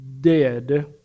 dead